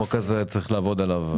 החוק הזה, צריך לעבוד עליו.